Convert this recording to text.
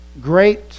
great